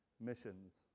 Missions